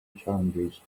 challenges